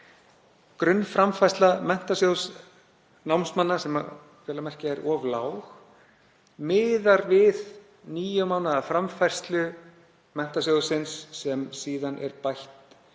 Grunnframfærsla Menntasjóðs námsmanna, sem er vel að merkja of lág, miðar við níu mánaða framfærslu menntasjóðsins sem síðan er bætt